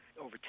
over